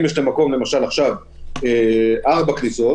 אם יש למקום ארבע כניסות,